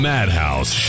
Madhouse